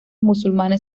musulmanes